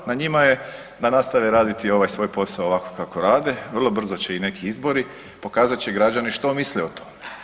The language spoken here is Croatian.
Na njima je da nastave raditi ovaj svoj posao ovako kako rade, vrlo brzo će i neki izbori pokazat će građani što misle o tome.